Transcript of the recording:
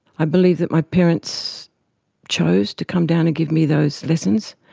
i believe that my parents chose to come down to give me those lessons.